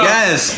Yes